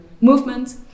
movement